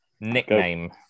Nickname